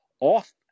off